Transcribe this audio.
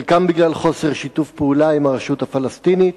חלקם בגלל חוסר שיתוף פעולה עם הרשות הפלסטינית,